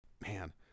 man